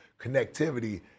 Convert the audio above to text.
connectivity